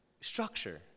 structure